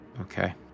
Okay